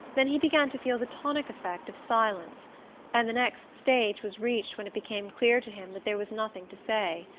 then he began to feel the tonic effect of silence and the next stage was reached when it became clear to him that there was nothing to say.